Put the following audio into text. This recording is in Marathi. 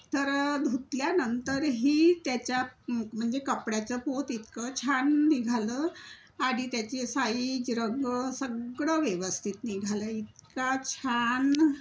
तर धुतल्यानंतरही त्याच्या म्हणजे कपड्याचं पोत इतकं छान निघालं आणि त्याचे साईज रंग सगळं व्यवस्थित निघालं इतका छान